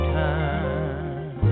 time